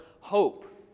hope